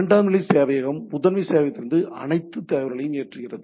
இரண்டாம்நிலை சேவையகம் முதன்மை சேவையகத்திலிருந்து அனைத்து தகவல்களையும் ஏற்றுகிறது